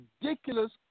ridiculous